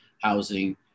housing